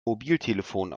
mobiltelefon